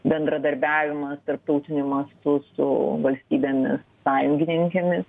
bendradarbiavimas tarptautiniu mastu su valstybėmis sąjungininkėmis